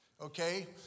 Okay